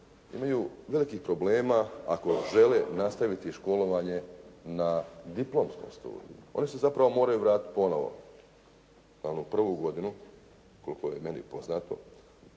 imaju velikih problema ako žele nastaviti školovanje na diplomskom studiju. Oni se zapravo moraju vratiti ponovo na onu prvu godinu koliko je meni poznato